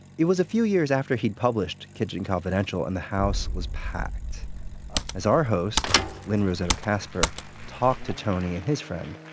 it was a few years after he'd published kitchen confidential, and the house was packed as our host lynne rossetto kasper talked to tony and his friend,